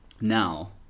now